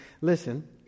Listen